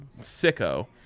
sicko